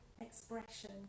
expression